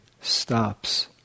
stops